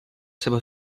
seva